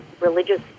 religious